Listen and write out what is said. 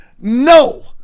No